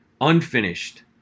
unfinished